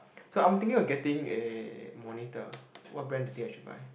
so I'm thinking of getting a monitor what brand do you think I should buy